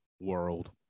world